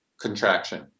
contraction